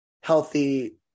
healthy